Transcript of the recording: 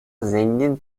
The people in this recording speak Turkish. zengin